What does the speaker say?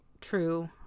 true